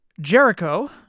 Jericho